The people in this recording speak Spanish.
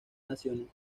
naciones